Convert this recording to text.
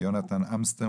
יונתן אמסטר,